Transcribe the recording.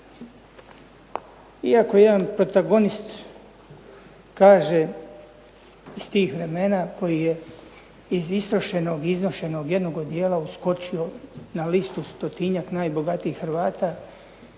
Iako jedan protagonist kaže iz tih vremena koji je iz istrošenog i iznošenog jednog odijela uskočio na listu stotinjak najbogatijih Hrvata,